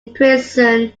prison